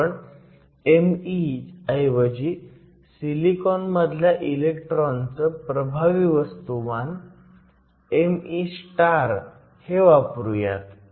आपण me ऐवजी silicon मधल्या इलेक्ट्रॉनचं प्रभावी वस्तुमान me हे वापरूयात